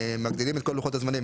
מגדילים את כל לוחות הזמנים,